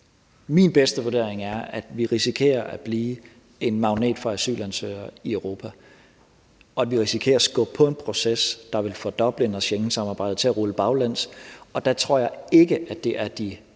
Min bedste vurdering er, at vi risikerer at blive en magnet for asylansøgere i Europa, og at vi risikerer at skubbe på en proces, der vil få Dublin- og Schengensamarbejdet til at rulle baglæns. Der tror jeg ikke, at det er de